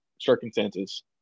circumstances